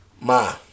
Ma